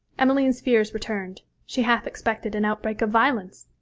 emmeline's fears returned she half expected an outbreak of violence.